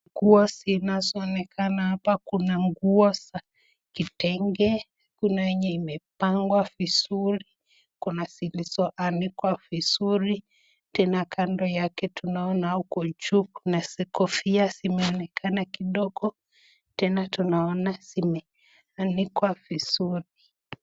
Nguo si inaonekana hapa kuna nguo za kitenge. Kuna yenye imepangwa vizuri. Kuna zilizo anikwa vizuri. Tena kando yake tunaona huko juu kuna kofia zimeonekana kidogo. Tena tunaona zimeanikwa vizuri.